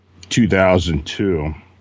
2002